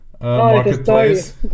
marketplace